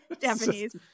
japanese